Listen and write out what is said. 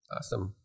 Awesome